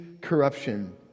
corruption